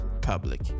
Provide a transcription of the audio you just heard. Public